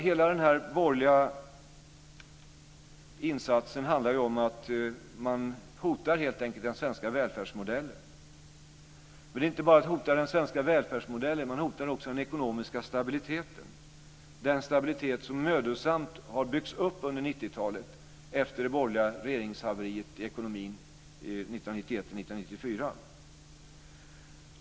Hela den borgerliga insatsen handlar helt enkelt om att man hotar den svenska välfärdsmodellen. Men man hotar inte bara den svenska välfärdsmodellen, utan man hotar också den ekonomiska stabilitet som mödosamt har byggts upp under 90-talet efter det borgerliga regeringshaveriet i ekonomin 1991-1994.